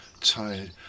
tired